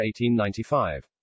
1895